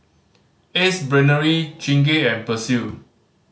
Ace Brainery Chingay and Persil